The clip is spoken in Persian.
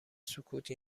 سکوت